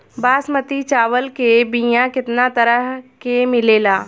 बासमती चावल के बीया केतना तरह के मिलेला?